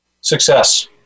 success